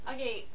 Okay